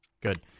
Good